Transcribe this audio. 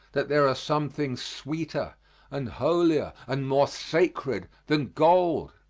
that there are some things sweeter and holier and more sacred than gold.